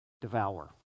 devour